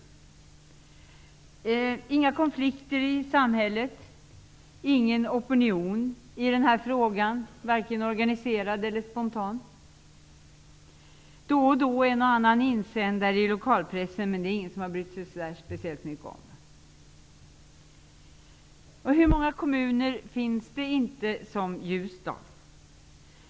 Det har inte varit några konflikter i samhället och inte någon opinion i frågan -- varken organiserad eller spontan. Då och då har det varit en och annan insändare i lokalpressen, men det är det ingen som har brytt sig så speciellt mycket om. Hur många kommuner som Ljusdal finns det inte?